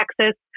Texas